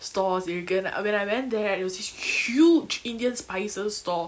stores you can a when I went there right there was this huge indian spices store